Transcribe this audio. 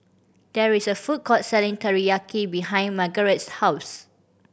there is a food court selling Teriyaki behind Margarete's house